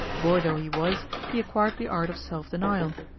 boy though he was, he acquired the art of self-denial.